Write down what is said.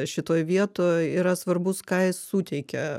šitoj vietoj yra svarbus ką jis suteikia